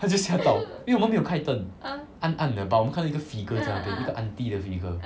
他就吓到因为我们没有开灯暗暗的 but 我们看到一个 figure 在那边有一个 auntie 的 figure